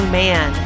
man